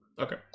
okay